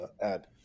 add